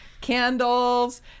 candles